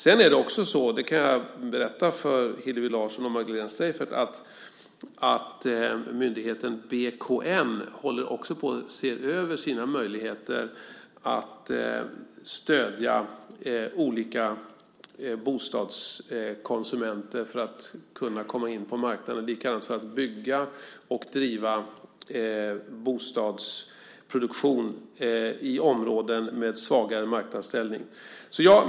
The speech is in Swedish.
Sedan kan jag berätta för Hillevi Larsson och Magdalena Streijffert att myndigheten BKN ser över sina möjligheter att stödja olika bostadskonsumenter för att de ska kunna komma in på marknaden. Det handlar också om att bygga och driva bostadsproduktion i områden med svagare marknadsställning.